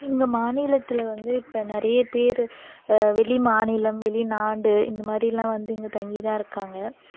எங்கள் மாநிலத்தில் வந்து இப்போ நிறையா பேர் வெளிமாநிலம் வெளிநாடு இந்த மாதிரி எல்லாம் வந்து இங்கே தங்கிதான் இருக்காங்க